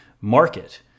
market